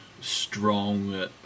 strong